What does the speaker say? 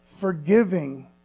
Forgiving